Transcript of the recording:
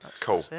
Cool